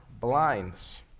blinds